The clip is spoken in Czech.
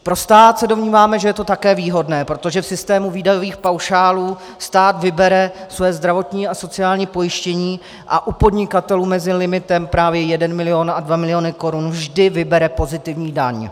Pro stát se domníváme, že je to také výhodné, protože v systému výdajových paušálů stát vybere svoje zdravotní a sociální pojištění a u podnikatelů mezi limitem právě jeden milion a dva miliony korun vždy vybere pozitivní daň.